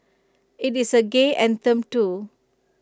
IT is A gay anthem too